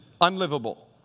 unlivable